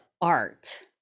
art